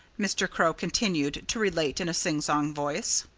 mr. crow continued to relate in a singsong voice.